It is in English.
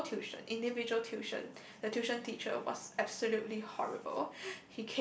solo tuition individual tuition the tuition teacher was absolutely horrible